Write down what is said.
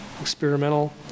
experimental